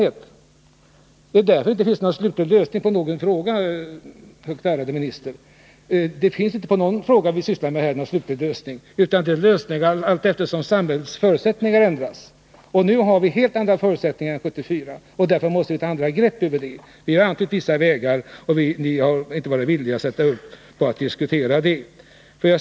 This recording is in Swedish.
Det är därför här inte finns någon bra lösning i något enda avseende, högt ärade minister! 17 Det finns inte någon slutlig lösning på någon av de frågor som vi sysslar med här, utan lösningarna skiftar allteftersom samhällets förutsättningar ändras. Nu har vi helt andra förutsättningar än 1974, och därför måste det tas andra grepp. Vi har angivit vissa vägar, men ni har inte varit villiga att diskutera dessa.